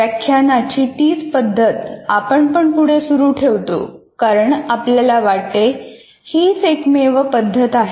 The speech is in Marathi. व्याख्यानाची तीच पद्धत आपण पण पुढे सुरू ठेवतो कारण आपल्याला वाटते हीच एकमेव पद्धत आहे